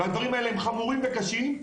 והדברים האלה הם חמורים וקשים,